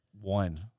One